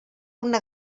una